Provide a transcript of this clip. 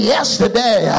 Yesterday